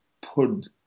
put